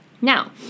Now